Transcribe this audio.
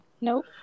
Nope